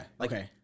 okay